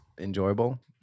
enjoyable